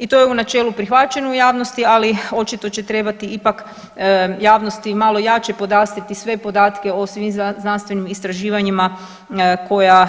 I to je u načelu prihvaćeno u javnosti, ali očito će trebati ipak javnost malo jače podastrijeti sve podatke o svim znanstvenim istraživanjima koja